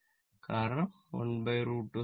707 കാരണം 1√ 2 0